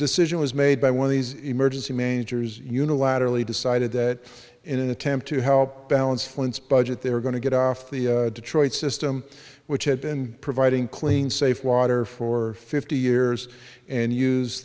decision was made by one of these emergency managers unilaterally decided that in an attempt to help balance flints budget they were going to get off the detroit system which had been providing clean safe water for fifty years and use